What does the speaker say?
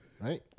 Right